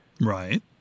Right